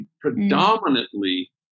predominantly